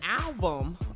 album